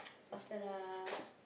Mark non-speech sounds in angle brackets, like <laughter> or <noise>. <noise> faster lah